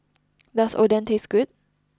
does Oden taste good